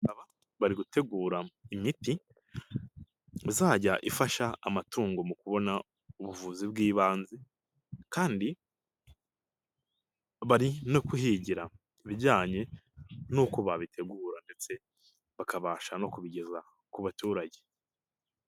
Bari gutegura imiti, izajya ifasha amatungo mu kubona ubuvuzi bw'ibanze kandi bari no kuhigira, bijyanye n'uko babitegura ndetse bakabasha no kubigeza ku baturage.